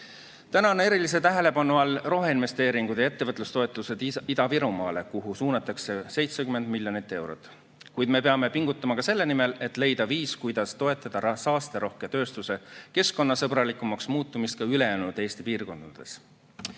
on erilise tähelepanu all roheinvesteeringud ja ettevõtlustoetused Ida-Virumaale, kuhu suunatakse 70 miljonit eurot. Kuid me peame pingutama ka selle nimel, et leida viis, kuidas toetada saasterohke tööstuse keskkonnasõbralikumaks muutumist ülejäänud Eesti piirkondades.